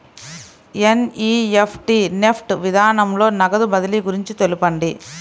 NEFT NEFT విధానంలో నగదు బదిలీ గురించి తెలుపండి?